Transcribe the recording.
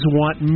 want